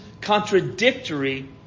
contradictory